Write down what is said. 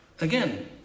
Again